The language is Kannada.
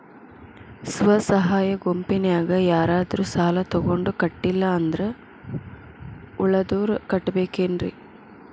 ಸ್ವ ಸಹಾಯ ಗುಂಪಿನ್ಯಾಗ ಯಾರಾದ್ರೂ ಸಾಲ ತಗೊಂಡು ಕಟ್ಟಿಲ್ಲ ಅಂದ್ರ ಉಳದೋರ್ ಕಟ್ಟಬೇಕೇನ್ರಿ?